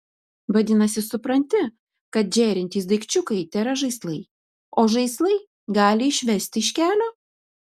vadinasi supranti kad žėrintys daikčiukai tėra žaislai o žaislai gali išvesti iš kelio